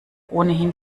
ohnehin